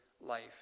life